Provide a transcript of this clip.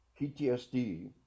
PTSD